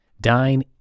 dine